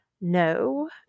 No